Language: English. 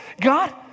God